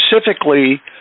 specifically